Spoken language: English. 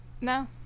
No